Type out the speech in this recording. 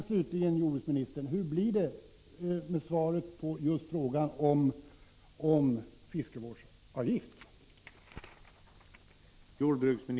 Slutligen, jordbruksministern: Vilket svar får jag på frågan om införande av en fiskevårdsavgift?